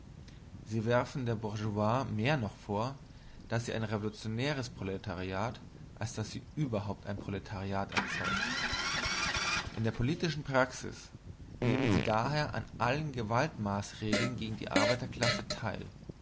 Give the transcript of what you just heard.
sie werfen der bourgeoisie mehr noch vor daß sie ein revolutionäres proletariat als daß sie überhaupt ein proletariat erzeugt in der politischen praxis nehmen sie daher an allen gewaltmaßregeln gegen die arbeiterklasse teil